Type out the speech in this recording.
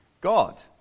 God